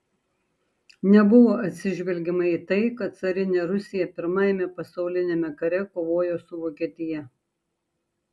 nebuvo atsižvelgiama į tai kad carinė rusija pirmajame pasauliniame kare kovojo su vokietija